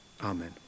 Amen